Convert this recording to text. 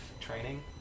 training